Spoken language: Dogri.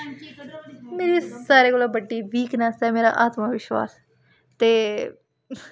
मेरी सारे कोला बड्डी वीकनेस ऐ मेरा आत्मविश्वास ते